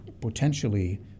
potentially